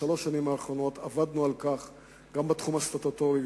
בשלוש השנים האחרונות עבדנו על כך גם בתחום הסטטוטורי,